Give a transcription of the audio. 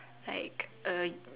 like uh